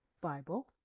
Bible